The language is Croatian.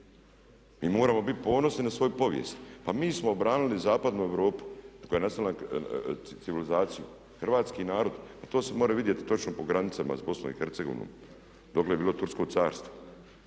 Mi moramo biti ponosni na svoju povijest. Pa mi smo obranili zapadnu Europu koja je …/Govornik se ne razumije./… Hrvatski narod, pa to se mora vidjeti točno po granicama sa Bosnom i Hercegovinom dokle bi bilo tursko carstvo